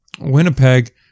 Winnipeg